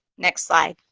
next slide.